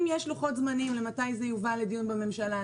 האם יש לוחות זמנים מתי זה יובא לדיון בממשלה,